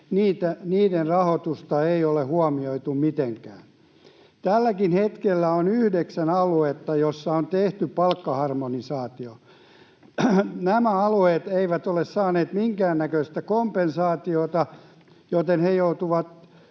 rahoitusta ei ole huomioitu mitenkään. Tälläkin hetkellä on yhdeksän aluetta, joissa on tehty palkkaharmonisaatio. Nämä alueet eivät ole saaneet minkäännäköistä kompensaatiota, joten he joutuvat